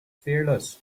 fearless